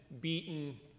beaten